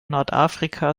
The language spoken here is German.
nordafrika